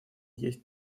есть